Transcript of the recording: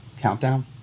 Countdown